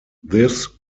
this